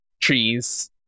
trees